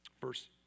Verse